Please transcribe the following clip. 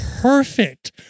perfect